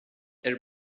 elle